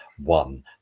One